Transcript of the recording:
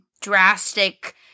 drastic